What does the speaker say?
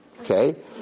okay